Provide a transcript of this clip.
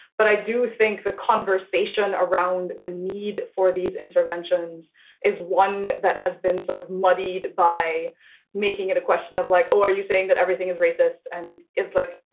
but i do think the conversation around the need for these interventions is one that has been sort of muddied by making it a question of like, oh, are you saying that everything is racist? and it's like,